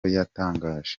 yatangaje